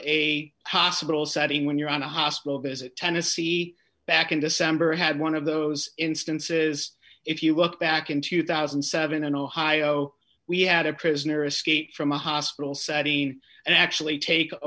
a hospital setting when you're on a hospital visit tennessee back in december had one of those instances if you look back in two thousand and seven in ohio we had a prisoner escape from a hospital setting and actually take a